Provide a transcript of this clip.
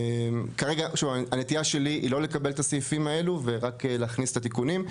כרגע הנטייה שלי היא לא לקבל את הסעיפים האלו ורק להכניס את התיקונים.